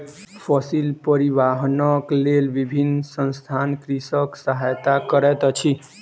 फसिल परिवाहनक लेल विभिन्न संसथान कृषकक सहायता करैत अछि